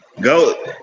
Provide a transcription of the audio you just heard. Go